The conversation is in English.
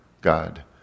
God